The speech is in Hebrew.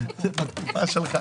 אבל מה לגופה של טענה,